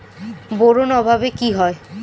Boron অভাবে কি হয়?